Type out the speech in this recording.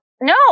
No